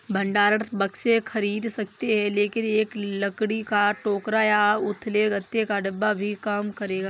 भंडारण बक्से खरीद सकते हैं लेकिन एक लकड़ी का टोकरा या उथले गत्ते का डिब्बा भी काम करेगा